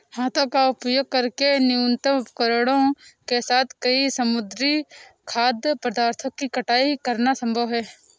हाथों का उपयोग करके न्यूनतम उपकरणों के साथ कई समुद्री खाद्य पदार्थों की कटाई करना संभव है